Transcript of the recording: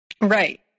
Right